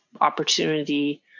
opportunity